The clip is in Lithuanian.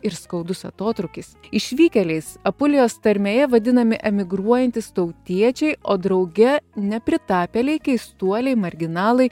ir skaudus atotrūkis išvylėliais apulijos tarmėje vadinami emigruojantys tautiečiai o drauge nepritapėliai keistuoliai marginalai